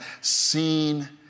seen